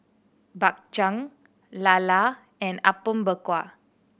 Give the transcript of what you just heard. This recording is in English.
Bak Chang lala and Apom Berkuah